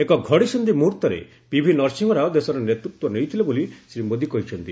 ଏକ ଘଡ଼ିସନ୍ଧି ମୁହୂର୍ତ୍ତରେ ପିଭି ନରସିଂହରାଓ ଦେଶର ନେତୃତ୍ୱ ନେଇଥିଲେ ବୋଲି ଶ୍ରୀ ମୋଦୀ କହିଚ୍ଛନ୍ତି